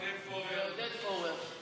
עודד פורר.